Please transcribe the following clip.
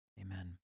Amen